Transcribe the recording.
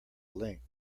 length